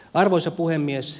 arvoisa puhemies